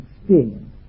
experience